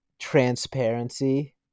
transparency